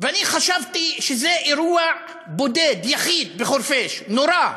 ואני חשבתי שזה אירוע בודד, יחיד, בחורפיש, נורא.